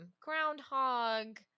groundhog